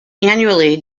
annually